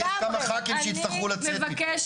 זה כמה ח"כים שיצטרכו לצאת מפה.